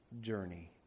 journey